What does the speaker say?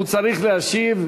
הוא צריך להשיב.